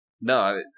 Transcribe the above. no